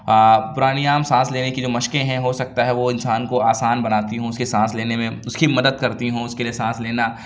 پرانیام سانس لینے کی جو مشقیں ہیں ہو سکتا ہے وہ انسان کو آسان بناتی ہوں اُس کے سانس لینے میں اُس کی مدد کرتی ہوں اُس کے لیے سانس لینا